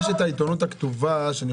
יש את העיתונות הכתובה, גם